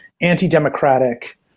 anti-democratic